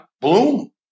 bloom